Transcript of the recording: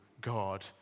God